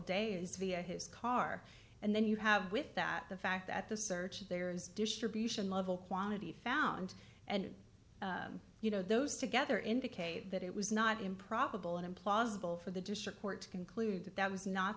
days via his car and then you have with that the fact that the search there is distribution level quantity found and you know those together indicate that it was not improbable and implausible for the district court to conclude that that was not